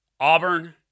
Auburn